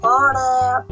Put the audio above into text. order